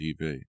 TV